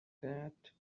that